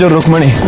sort of money.